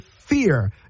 fear